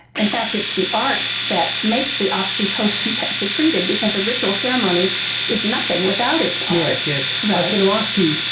in fact it's the arts that make the oxytocin get secreted because a ritual ceremony is nothing without its arts. i was going to ask you,